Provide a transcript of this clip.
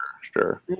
sure